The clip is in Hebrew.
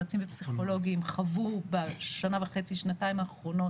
יועצים ופסיכולוגיים חוו בשנה וחצי-שנתיים האחרונות